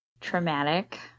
traumatic